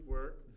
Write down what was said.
work